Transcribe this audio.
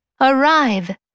Arrive